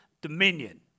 dominion